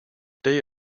they